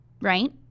right